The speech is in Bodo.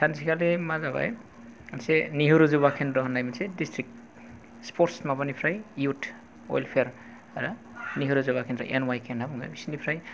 सानसेखालि मा जाबाय मोनसे नेहेरु जुबा केन्द्र' होननाय मोनसे दिस्ट्रिक्ट स्पर्ट्स माबानिफ्राय युथ वेलफेयार आरो नेहेरु जुबा केन्द्र' एन वाइ के होनना बुङो बिसोरनिफ्राय